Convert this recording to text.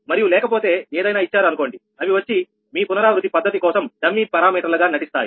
మరియు లేకపోతే ఏదైనా ఇచ్చారు అనుకోండి అవి వచ్చి మీ పునరావృత్తి పద్ధతి కోసం డమ్మీ పరామీటర్లు గా నటిస్థాయి